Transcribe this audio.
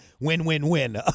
win-win-win